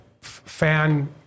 fan